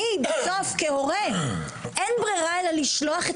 לי בסוף כהורה אין ברירה אלא לשלוח את